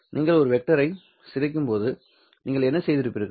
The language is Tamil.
நீங்கள் ஒரு வெக்டரை சிதைக்கும்போது நீங்கள் என்ன செய்திருப்பீர்கள்